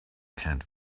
can’t